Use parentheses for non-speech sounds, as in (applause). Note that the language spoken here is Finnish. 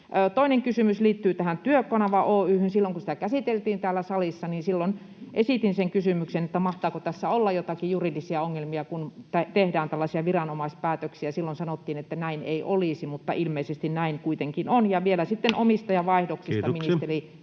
Toinen kysymys liittyy tähän Työkanava Oy:hyn. Silloin kun sitä käsiteltiin täällä salissa, esitin sen kysymyksen, mahtaako tässä olla joitakin juridisia ongelmia, kun tehdään tällaisia viranomaispäätöksiä. Silloin sanottiin, että näin ei olisi, mutta ilmeisesti näin kuitenkin on. Ja vielä sitten (noise) omistajanvaihdoksista